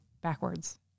backwards